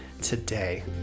today